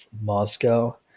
Moscow